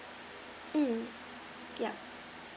um yup